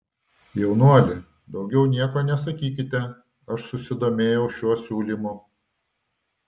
jaunuoli daugiau nieko nesakykite aš susidomėjau šiuo siūlymu